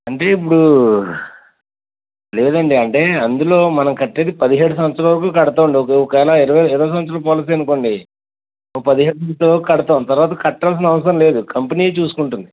అంటే ఇప్పుడు లేదండి అంటే అందులో మనం కట్టేది పదిహేడు సంవత్సరాల వరకు కడతాము అండి ఒకవేళ ఇరవై సంవత్సరాల పాలసీ అనుకోండి పదిహేడు వరకు కడతాము తరువాత కట్టాల్సిన అవసరం లేదు కంపెనీఏ చూసుకుంటుంది